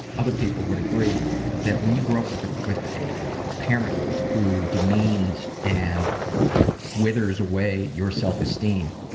other people would agree that when you grow up with with a parent who demeans and withers away your self-esteem,